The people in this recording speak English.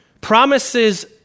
Promises